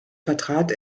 vertrat